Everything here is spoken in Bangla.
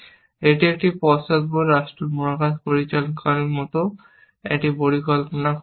এটি একটি পশ্চাৎপদ রাষ্ট্র মহাকাশ পরিকল্পনাকারীর মতো একটি পরিকল্পনা খুঁজছে